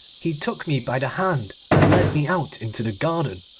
he took me by the hand, and led me out into the garden.